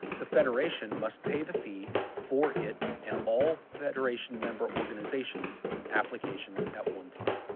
the federation must pay the fee for it and all federation member organization applications at one time.